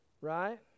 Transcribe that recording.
right